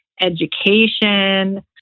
education